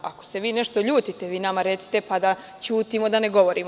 Ako se vi nešto ljutite, vi nam recite, pa da ćutimo, da ne govorimo.